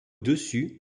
dessus